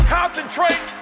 concentrate